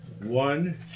One